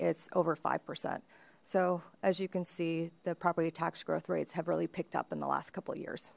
it's over five percent so as you can see the property tax growth rates have really picked up in the last couple of years